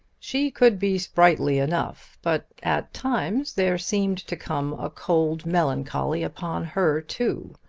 she could be sprightly enough but at times there seemed to come a cold melancholy upon her too.